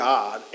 God